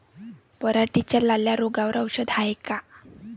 पराटीच्या लाल्या रोगावर औषध हाये का?